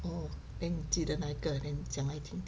oh then 你记得哪一个 then 讲来听